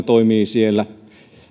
toimii siellä